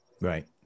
Right